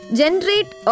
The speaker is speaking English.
generate